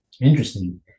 Interesting